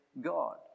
God